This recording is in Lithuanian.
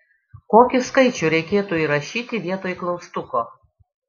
kokį skaičių reikėtų įrašyti vietoj klaustuko